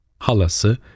halası